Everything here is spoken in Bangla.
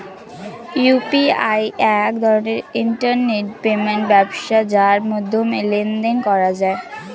ইউ.পি.আই এক ধরনের ইন্টারনেট পেমেন্ট ব্যবস্থা যার মাধ্যমে লেনদেন করা যায়